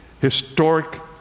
historic